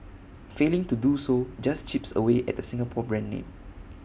failing to do so just chips away at the Singapore brand name